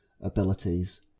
abilities